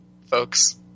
folks